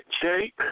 shape